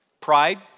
Pride